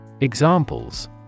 Examples